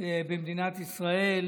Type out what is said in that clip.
במדינת ישראל,